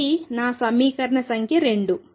ఇది సమీకరణ సంఖ్య 2